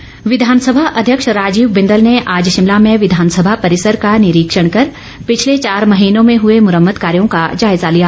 बिंदल विधानसभा अध्यक्ष राजीव बिंदल ने आज शिमला में विधानसभा परिसर का निरीक्षण कर पिछले चार महीनों में हुए मुरम्मत कार्यों का जायजा लिया